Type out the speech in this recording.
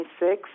26